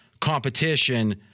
competition